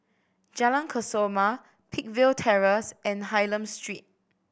Jalan Kesoma Peakville Terrace and Hylam Street